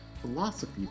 philosophy